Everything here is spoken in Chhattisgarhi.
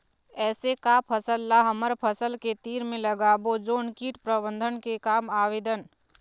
ऐसे का फसल ला हमर फसल के तीर मे लगाबो जोन कीट प्रबंधन के काम आवेदन?